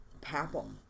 Papal